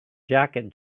jacket